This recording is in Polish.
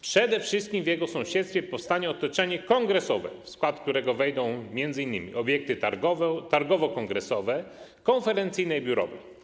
Przede wszystkim w jego sąsiedztwie powstanie otoczenie kongresowe, w skład którego wejdą m.in. obiekty targowo-kongresowe, konferencyjne i biurowe.